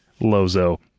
lozo